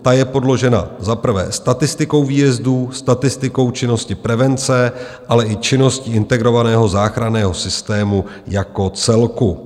Ta je podložena za prvé statistikou výjezdů, statistikou činnosti prevence, ale i činností integrovaného záchranného systému jako celku.